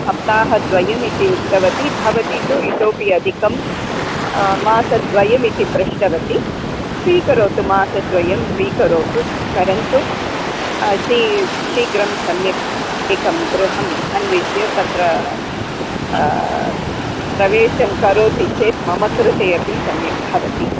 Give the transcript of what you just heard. सप्ताहद्वयम् इति उक्तवती भवति तु इतोऽपि अधिकं मासद्वयमिति पृष्टवती स्वीकरोतु मासद्वयं स्वीकरोतु परन्तु शी शीघ्रं सम्यक् एकं गृहम् अन्विष्य तत्र प्रवेशं करोति चेत् मम कृते अपि सम्यक् भवति